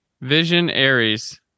Visionaries